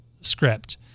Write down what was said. script